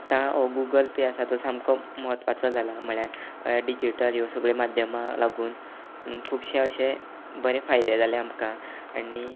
आतां ओ Google Pay आसा तो सामको म्हत्वाचो जाला म्हळ्ळ्यार डिजिटल ह्यो सगळ्यो माध्यमां लागून खुबशे अशें बरे फायदे जाले आमकां आनी